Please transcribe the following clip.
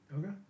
Okay